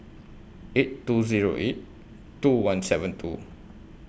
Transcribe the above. eight two Zero eight two one seven two